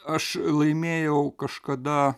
aš laimėjau kažkada